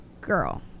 girl